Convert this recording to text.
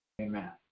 Amen